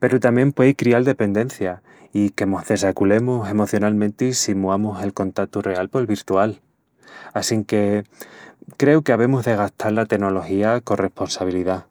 Peru tamién puei crial dependencia i que mos desaculemus emocionalmenti si muamus el contatu real pol virtual. Assinque creu que avemus de gastal la tenología con responsabilidá.